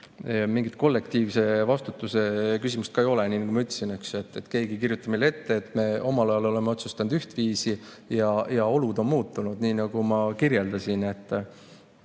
Mingit kollektiivse vastutuse küsimust ka ei ole. Nii nagu ma ütlesin, keegi ei kirjuta meile ette. Me omal ajal oleme otsustanud ühtviisi ja olud on muutunud, nii nagu ma kirjeldasin. Ma